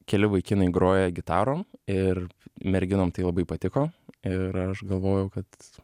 keli vaikinai groja gitarom ir merginom tai labai patiko ir aš galvojau kad